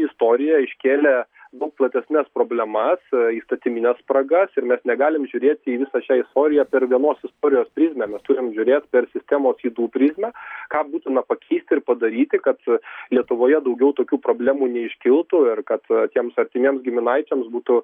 istorija iškėlė daug platesnes problemas įstatymines spragas ir mes negalim žiūrėti į visą šią istoriją per vienos istorijos prizmę mes turim žiūrėt per sistemos ydų prizmę ką būtina pakeisti ir padaryti kad lietuvoje daugiau tokių problemų neiškiltų ir kad tiems artimiems giminaičiams būtų